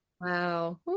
Wow